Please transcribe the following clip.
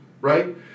right